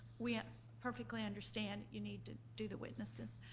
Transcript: we perfectly understand you need to do the witnesses.